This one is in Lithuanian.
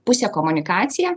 pusę komunikacija